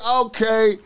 okay